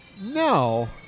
No